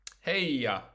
Hey